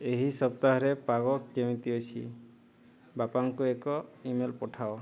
ଏହି ସପ୍ତାହରେ ପାଗ କେମିତି ଅଛି ବାପାଙ୍କୁ ଏକ ଇମେଲ ପଠାଅ